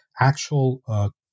actual